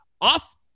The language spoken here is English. off